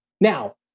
Now